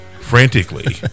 frantically